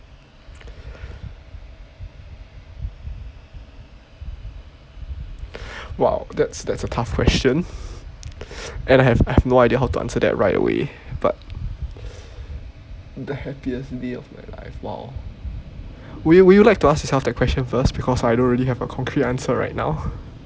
!wow! that's that's a tough question and I have I have no idea how to answer that right away but the happiest day of my life !wow! would you would you like to ask yourself that question first because I don't really have a concrete answer right now